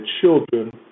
children